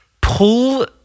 pull